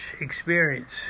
experience